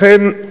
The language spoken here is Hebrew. לכן,